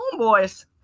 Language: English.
homeboys